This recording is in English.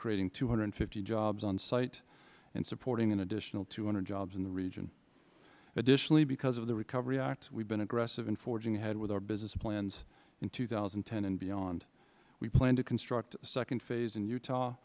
creating two hundred and fifty jobs on site and supporting an additional two hundred jobs in the region additionally because of the recovery act we have been aggressive in forging ahead with our business plans in two thousand and ten and beyond we plan to construct a second phase in utah